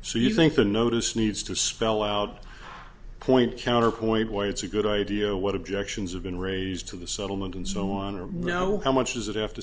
so you think the notice needs to spell out point counterpoint why it's a good idea what objections have been raised to the settlement and so on are now how much does it have to